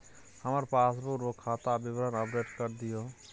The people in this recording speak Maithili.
हमर पासबुक पर खाता विवरण अपडेट कर दियो